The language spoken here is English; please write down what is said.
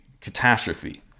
catastrophe